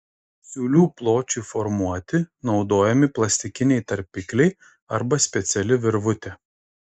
siūlių pločiui formuoti naudojami plastikiniai tarpikliai arba speciali virvutė